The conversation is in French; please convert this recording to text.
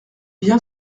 bien